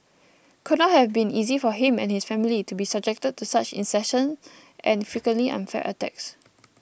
could not have been easy for him and his family to be subjected to such incessant and frequently unfair attacks